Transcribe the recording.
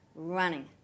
running